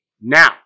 Now